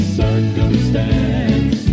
circumstance